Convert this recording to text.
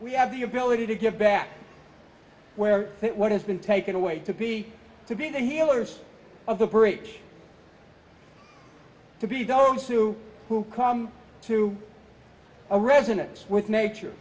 we have the ability to give back where what has been taken away to be to be the healers of the break to be dosu who come to a resonance with nature